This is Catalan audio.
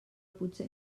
potser